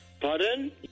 Pardon